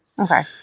okay